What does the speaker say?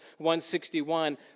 161